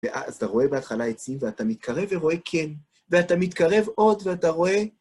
ואז אתה רואה בהתחלה עצים, ואתה מתקרב ורואה כן, ואתה מתקרב עוד ואתה רואה...